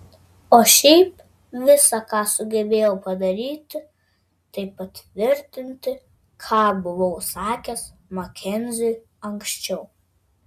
o šiaip visa ką sugebėjau padaryti tai patvirtinti ką buvau sakęs makenziui anksčiau